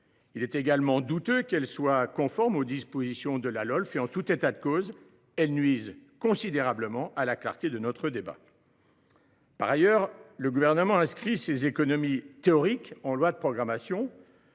Il est également douteux qu’elles soient conformes aux dispositions de la Lolf. En tout état de cause, elles nuisent fortement à la clarté de notre débat. Par ailleurs, le Gouvernement inscrit ces économies théoriques en loi de programmation,